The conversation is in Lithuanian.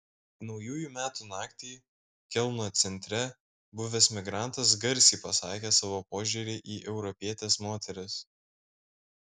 naujųjų metų naktį kelno centre buvęs migrantas garsiai pasakė savo požiūrį į europietes moteris